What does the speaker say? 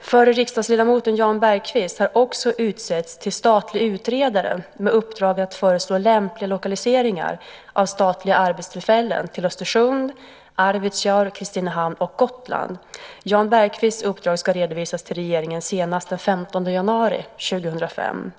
Förre riksdagsledamoten Jan Bergqvist har också utsetts till statlig utredare med uppdraget att föreslå lämpliga lokaliseringar av statliga arbetstillfällen till Östersund, Arvidsjaur, Kristinehamn och Gotland. Jan Bergqvists uppdrag ska redovisas till regeringen senast den 15 januari 2005.